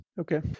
okay